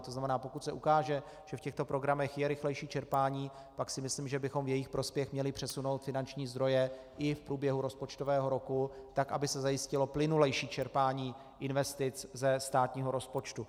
To znamená, pokud se ukáže, že v těchto programech je rychlejší čerpání, pak si myslím, že bychom v jejich prospěch měli přesunout finanční zdroje i v průběhu rozpočtového roku tak, aby se zajistilo plynulejší čerpání investic ze státního rozpočtu.